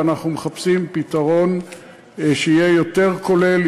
ואנחנו מחפשים פתרון שיהיה יותר כולל,